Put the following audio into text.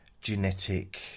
genetic